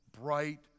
Bright